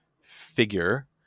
figure